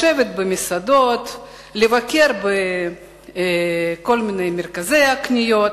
לשבת במסעדות ולבקר בכל מיני מרכזי קניות.